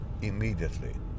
Immediately